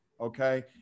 Okay